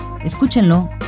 Escúchenlo